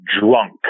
drunk